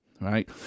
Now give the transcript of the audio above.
Right